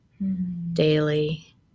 daily